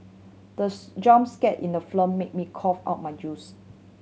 the jump scare in the film made me cough out my juice